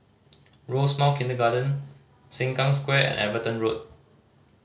Rosemount Kindergarten Sengkang Square and Everton Road